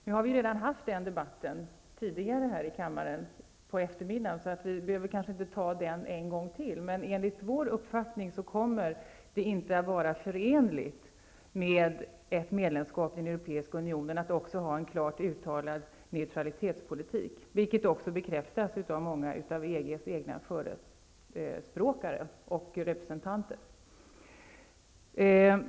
Nu har vi redan haft den debatten i dag, så vi behöver kanske inte ta den en gång till. Men enligt vår uppfattning kommer ett medlemskap inte att vara förenligt med en klart uttalad neutralitetspolitik. Detta bekräftas också av många av EG:s egna förespråkare och representanter.